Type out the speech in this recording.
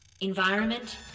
Environment